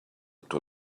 too